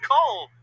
Cole